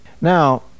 Now